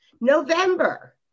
november